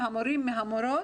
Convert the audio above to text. מהמורים והמורות,